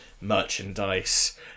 merchandise